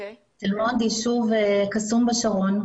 תל מונד הוא ישוב קסום בשרון,